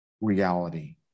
reality